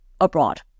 abroad